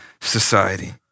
society